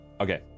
Okay